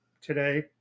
today